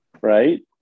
Right